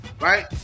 Right